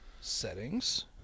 Settings